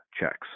checks